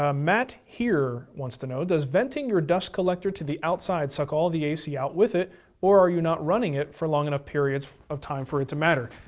ah matt here wants to know, does venting your dust collector to the outside suck all the ac out with it or are you not running it for long enough periods of time for it to matter?